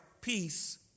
peace